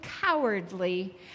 cowardly